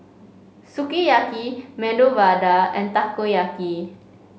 Sukiyaki Medu Vada and Takoyaki